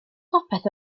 popeth